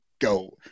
go